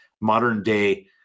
modern-day